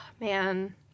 Man